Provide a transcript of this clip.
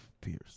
Pierce